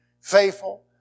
Faithful